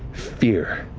fear.